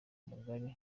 mugari